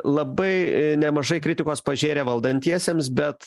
labai nemažai kritikos pažėrė valdantiesiems bet